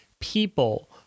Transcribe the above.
people